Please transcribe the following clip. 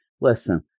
Listen